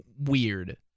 weird